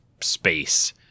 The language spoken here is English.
space